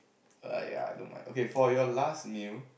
!aiya! I don't mind okay for your last meal